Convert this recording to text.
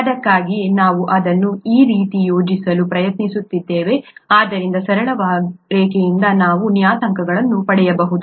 ಅದಕ್ಕಾಗಿಯೇ ನಾವು ಅದನ್ನು ಈ ರೀತಿ ಯೋಜಿಸಲು ಪ್ರಯತ್ನಿಸಿದ್ದೇವೆ ಆದ್ದರಿಂದ ಸರಳ ರೇಖೆಯಿಂದ ನಾವು ಈ ನಿಯತಾಂಕಗಳನ್ನು ಪಡೆಯಬಹುದು